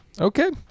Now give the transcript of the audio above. Okay